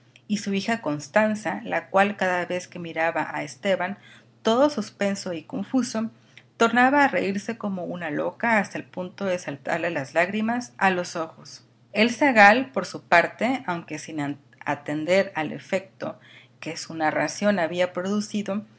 y su hija constanza la cual cada vez que miraba a esteban todo suspenso y confuso tornaba a reírse como una loca hasta el punto de saltarle las lágrimas a los ojos el zagal por su parte aunque sin atender al efecto que su narración había producido